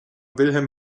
wilhelm